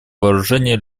вооружения